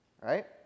Right